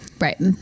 Right